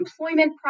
employment